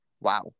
wow